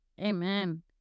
Amen